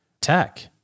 tech